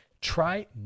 try